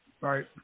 Right